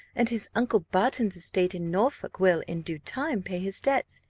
and his uncle barton's estate in norfolk will, in due time, pay his debts.